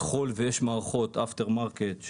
ככול ויש מערכות after market,